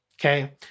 Okay